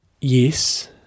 Yes